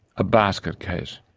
a basket case.